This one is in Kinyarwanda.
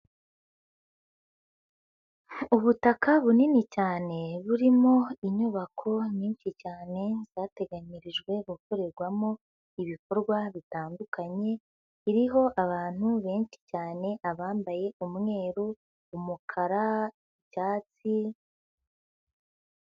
Ubutaka bunini cyane burimo inyubako nyinshi cyane zateganyirijwe gukorerwamo ibikorwa bitandukanye, iriho abantu benshi cyane, abambaye umweru, umukara, icyatsi.